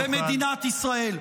-- במדינת ישראל.